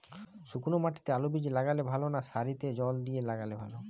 শুক্নো মাটিতে আলুবীজ লাগালে ভালো না সারিতে জল দিয়ে লাগালে ভালো?